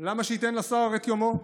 למה שייתן לשר את יומו?